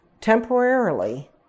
temporarily